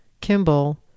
Kimball